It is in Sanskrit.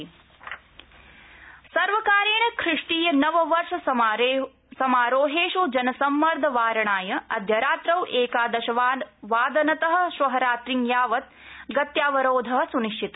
दहित्या रात्रावरोध सर्वकारेण ख्रिष्टीय नव वर्ष समारोहेषु जनसम्मर्द वारणाय अ अद्य रात्रौ एकादशवादनत श्व रात्रिं यावत् गत्यावरोध सुनिश्चित